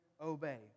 obey